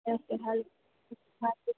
એવું છે સારું